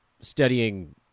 studying